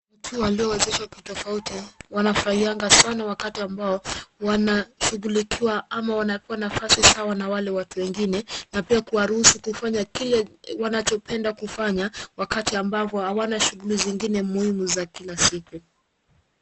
Watu waliowezeshwa kitofauti wanafurahianga sana wati ambao wanashugulikiwa ama wanapewa nafasi sawa na wale watu wengine na pia kuwaruhusu kufanya kile wanachopenda kufanya wakati ambapo hawana shughuli zingine muhimu za kila siku.